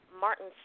Martin